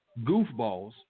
goofballs